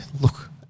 look